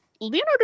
Leonardo